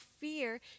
fear